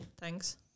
thanks